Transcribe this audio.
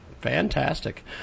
Fantastic